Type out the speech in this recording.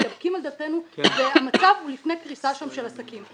מתדפקים על דלתנו והמצב הוא לפני קריסה של עסקים שם.